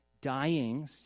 dying